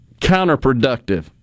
counterproductive